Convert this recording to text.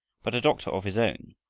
but a doctor of his own,